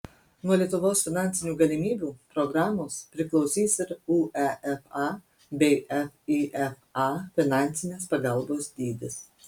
nuo lietuvos finansinių galimybių programos priklausys ir uefa bei fifa finansinės pagalbos dydis